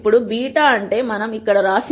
ఇప్పుడు β ఉంటే మనం ఇక్కడ వ్రాసినది β 0